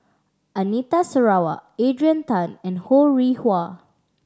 Anita Sarawak Adrian Tan and Ho Rih Hwa